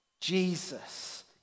Jesus